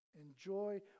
Enjoy